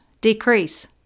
decrease